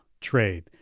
trade